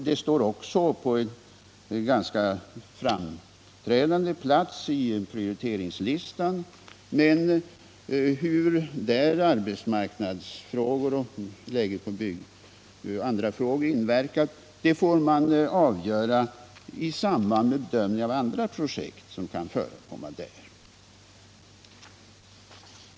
Det står också på en ganska framträdande plats i prioriteringslistan, men hur arbetsmarknadsfrågor och andra frågor inverkar får man avgöra i samband med bedömningen av andra projekt som kan förekomma där.